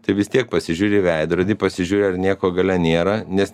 tai vis tiek pasižiūri į veidrodį pasižiūri ar nieko gale nėra nes